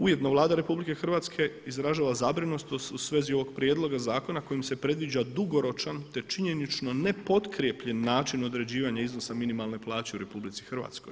Ujedno Vlada RH izražava zabrinutost u svezi ovog prijedloga zakona kojim se predviđa dugoročan te činjenično nepotkrijepljen način određivanja iznosa minimalne plaće u RH.